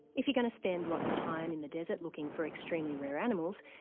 if you're going to spend lots of time in the desert looking for extremely rare animals,